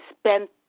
spent